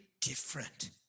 different